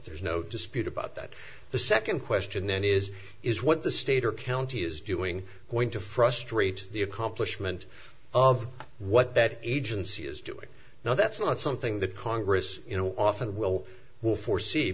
there's no dispute about that the second question then is is what the state or county is doing going to frustrate the accomplishment of what that agency is doing now that's not something that congress you know often will will foresee